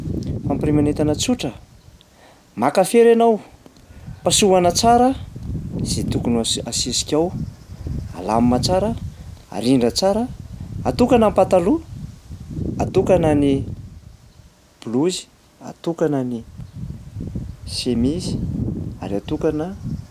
Fampirimana entana tsotra? Maka fera ianao, pasohana tsara zay tokony ase- asisika ao, alamina tsara, arindra tsara, atokana ny pataloha, atokana ny blouse, atokana ny chemise ary atokana ny tiserta